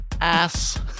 ass